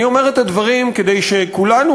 אני אומר את הדברים כדי שכולנו,